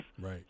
Right